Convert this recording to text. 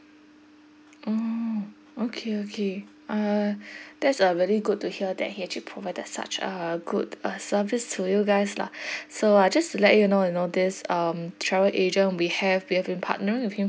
mm okay okay uh that's a very good to hear that he actually provided such a good uh service to you guys lah so uh just to let you know you know this um travel agent we have we have been partnering with him